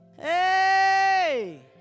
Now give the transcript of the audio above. Hey